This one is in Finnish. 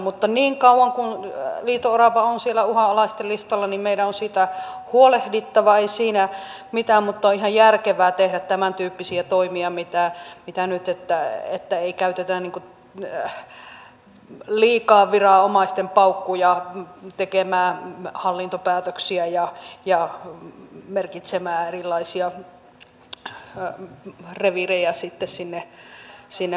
mutta niin kauan kuin liito orava on siellä uhanalaisten listalla meidän on siitä huolehdittava ei siinä mitään mutta on ihan järkevää tehdä tämäntyyppisiä toimia mitä nyt ettei käytetä liikaa viranomaisten paukkuja siihen että tehdään hallintopäätöksiä ja merkitään erilaisia reviirejä sitten sinne maastoon